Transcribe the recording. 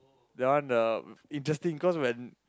that one the interesting cause when